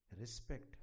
Respect